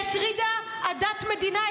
שהטרידה עדת מדינה,